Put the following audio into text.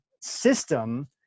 system